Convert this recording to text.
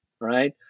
right